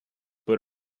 but